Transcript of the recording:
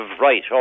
right